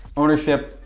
ownership,